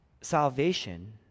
Salvation